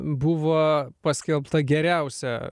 buvo paskelbta geriausia